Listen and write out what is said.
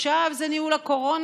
עכשיו זה ניהול הקורונה,